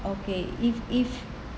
okay if if